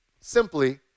Simply